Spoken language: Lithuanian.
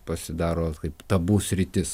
pasidaro kaip tabu sritis